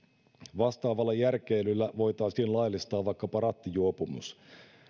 vastaavalla järkeilyllä voitaisiin laillistaa vaikkapa rattijuopumus